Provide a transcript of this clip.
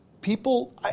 People